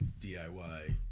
DIY